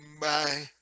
Bye